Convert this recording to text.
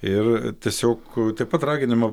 ir tiesiog taip pat raginama